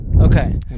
Okay